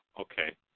okay